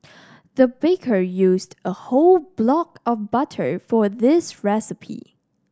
the baker used a whole block of butter for this recipe